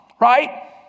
right